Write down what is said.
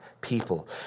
people